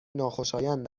ناخوشایند